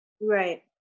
Right